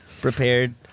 prepared